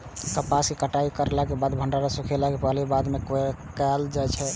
कपास के कटाई करला के बाद भंडारण सुखेला के पहले या बाद में कायल जाय छै?